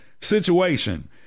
situation